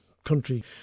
Country